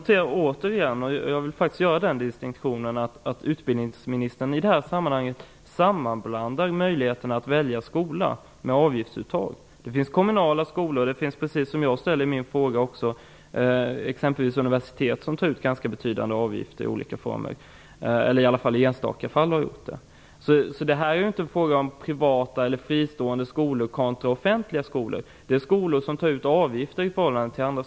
Herr talman! Jag noterar återigen att utbildningsministern i detta sammanhang sammanblandar möjligheten att välja skola och avgiftsuttag. Jag vill faktiskt göra den distinktionen. Det finns kommunala skolor som tar ut avgifter, och det finns också enstaka fall där universitet tar ut ganska betydande avgifter i olika former. Det är inte fråga om privata eller fristående skolor kontra offentliga skolor. Det gäller skolor som tar ut avgifter som inte andra skolor tar ut.